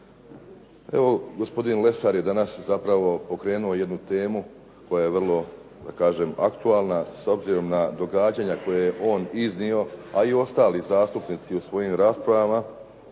Evo, gospodin Lesar je danas zapravo pokrenuo jednu temu koja je vrlo da kažem aktualna s obzirom na događanja koje je on iznio a i ostali zastupnici u svojim raspravama